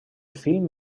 film